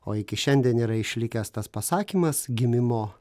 o iki šiandien yra išlikęs tas pasakymas gimimo